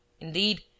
Indeed